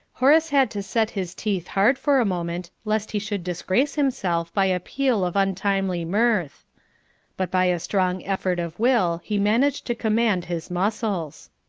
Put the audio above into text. horace had to set his teeth hard for a moment, lest he should disgrace himself by a peal of untimely mirth but by a strong effort of will he managed to command his muscles.